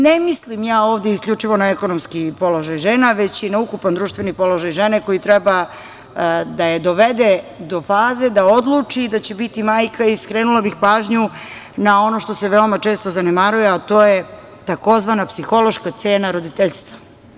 Ne mislim ja ovde isključivo na ekonomski položaj žena, već i na ukupan društveni položaj žene koji treba da je dovede do faze da odluči da će biti majka i skrenula bih pažnju na ono što se veoma često zanemaruje a to je tzv. psihološka cena roditeljstva.